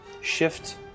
Shift